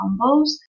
combos